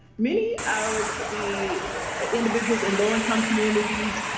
many of the individuals in low-income communities,